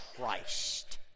Christ